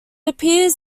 appears